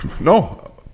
No